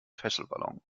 fesselballon